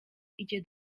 idzie